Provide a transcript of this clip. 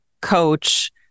coach